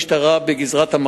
בשבת?